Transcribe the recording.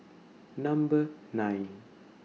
Number nine